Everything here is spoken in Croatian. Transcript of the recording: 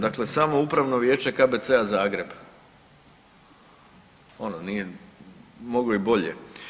Dakle, samo upravno vijeće KBC-a Zagreb, ono nije, mogao je i bolje.